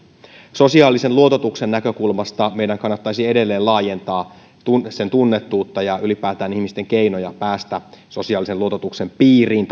sosiaalisen luototuksen näkökulmasta meidän kannattaisi edelleen laajentaa sen tunnettavuutta ja ylipäätään ihmisten keinoja päästä tarvittaessa sosiaalisen luototuksen piiriin